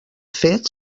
fet